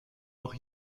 auch